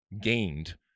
gained